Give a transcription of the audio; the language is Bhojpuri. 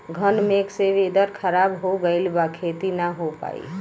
घन मेघ से वेदर ख़राब हो गइल बा खेती न हो पाई